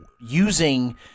using